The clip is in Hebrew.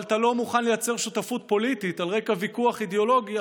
אבל אתה לא מוכן לייצר שותפות פוליטית על רקע ויכוח אידיאולוגי,